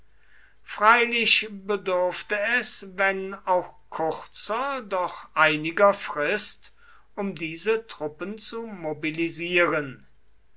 freilich bedurfte es wenn auch kurzer doch einiger frist um diese truppen zu mobilisieren